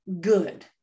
good